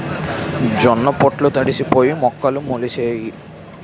జొన్న పొట్లు తడిసిపోయి మొక్కలు మొలిసేసాయి